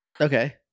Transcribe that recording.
Okay